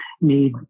need